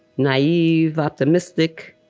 naive, optimistic.